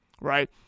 right